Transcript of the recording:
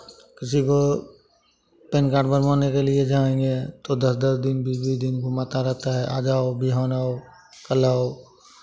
किसी को PAN card बनवाने के लिए जाएँगे तो दस दस दिन बीस बीस दिन घुमाता रहता है आज आओ बिहान आओ कल आओ